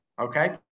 Okay